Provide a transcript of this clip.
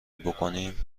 بکنیم